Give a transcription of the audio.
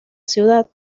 ciudad